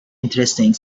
interesting